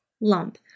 lump